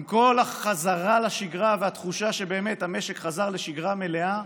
עם כל החזרה לשגרה והתחושה שבאמת המשק חזר לשגרה מלאה,